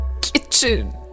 Kitchen